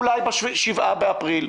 אולי ב-7 באפריל,